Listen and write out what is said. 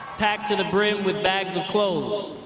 packed to the brim with bags of clothes.